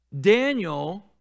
Daniel